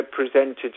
represented